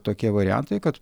tokie variantai kad